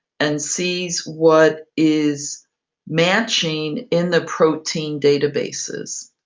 and sees what is matching in the protein data bases.